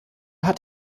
hat